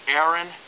Aaron